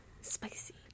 Spicy